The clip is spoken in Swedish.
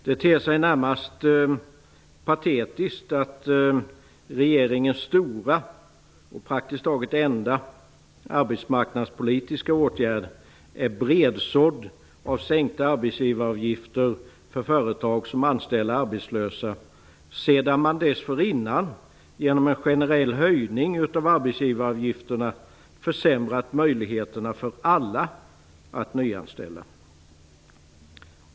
Det ter sig närmast patetiskt att regeringens stora och praktiskt taget enda arbetsmarknadspolitiska åtgärd är bredsådd av sänkta arbetsgivaravgifter för företag som anställer arbetslösa, sedan man dessförinnan genom en generell höjning av arbetsgivaravgifterna försämrat möjligheterna för alla att nyanställa.